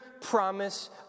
promise